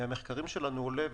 מהמחקרים שלנו עולה,